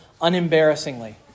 unembarrassingly